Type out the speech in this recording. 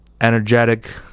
energetic